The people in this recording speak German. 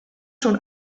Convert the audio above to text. schon